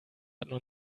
hatten